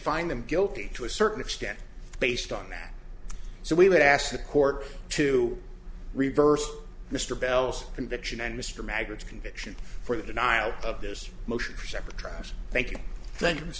find them guilty to a certain extent based on that so we would ask the court to reverse mr bell's conviction and mr maggots conviction for the denial of this motion for separate trials th